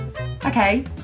okay